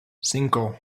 cinco